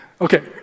okay